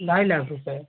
ढाई लाख रुपये